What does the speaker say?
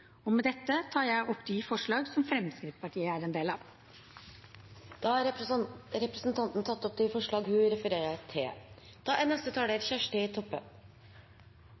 Med dette tar jeg opp de forslagene som Fremskrittspartiet er en del av. Da har representanten Kari Kjønaas Kjos tatt opp de forslagene hun refererte til. Stortingsmeldinga om lindrande behandling og omsorg er